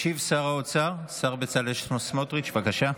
ישיב שר האוצר, השר בצלאל סמוטריץ', בבקשה.